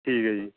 ਠੀਕ ਹੈ ਜੀ